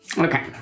Okay